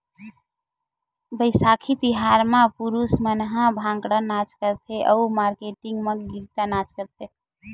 बइसाखी तिहार म पुरूस मन ह भांगड़ा नाच करथे अउ मारकेटिंग मन गिद्दा नाच करथे